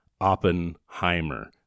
Oppenheimer